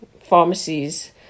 pharmacies